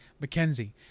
Mackenzie